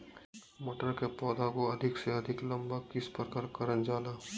मटर के पौधा को अधिक से अधिक लंबा किस प्रकार कारण जाला?